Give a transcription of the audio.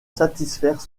satisfaire